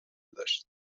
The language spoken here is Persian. داشت